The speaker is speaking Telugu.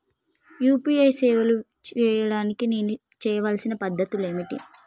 యూ.పీ.ఐ సేవలు చేయడానికి నేను చేయవలసిన పద్ధతులు ఏమిటి?